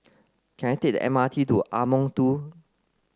can I take the M R T to Ardmore two